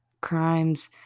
crimes